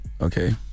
Okay